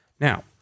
Now